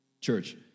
Church